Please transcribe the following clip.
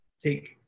take